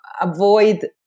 avoid